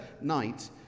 night